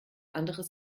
anderes